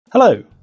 Hello